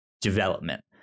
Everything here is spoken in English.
development